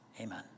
Amen